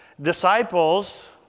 disciples